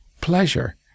pleasure